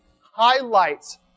highlights